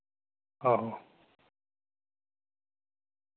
आहो